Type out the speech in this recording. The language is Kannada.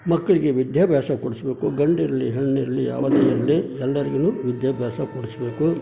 ಮಕ್ಕಳಿಗೆ ವಿದ್ಯಾಭ್ಯಾಸ ಕೊಡಿಸ್ಬೇಕು ಗಂಡಿರಲಿ ಹೆಣ್ಣಿರಲಿ ಯಾವುದೇ ಇರಲಿ ಎಲ್ಲರಿಗೂನು ವಿದ್ಯಾಭ್ಯಾಸ ಕೊಡಿಸಬೇಕು